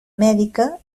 mèdica